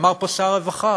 אמר פה שר הרווחה